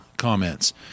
comments